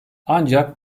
ancak